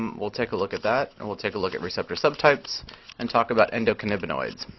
um we'll take a look at that. and we'll take a look at receptors subtypes and talk about endocannabinoids.